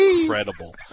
incredible